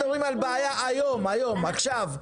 היום, היום, עכשיו.